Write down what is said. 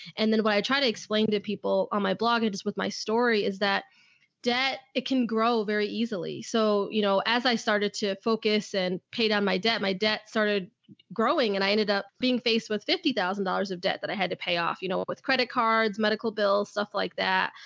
and then when i i tried to explain to people on my blog, i just, with my story is that debt, it can grow very easily. so, you know, as i started to focus and. pay down my debt. my debt started growing, and i ended up being faced with fifty thousand dollars of debt that i had to pay off. you know what, with credit cards, medical bills, stuff like that.